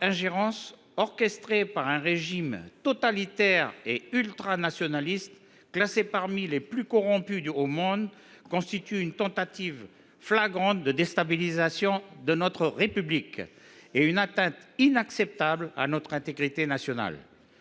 intolérable, orchestrée par un régime totalitaire et ultranationaliste, classé parmi les plus corrompus au monde, constitue une tentative flagrante de déstabilisation de notre République et une atteinte inacceptable à notre intégrité nationale.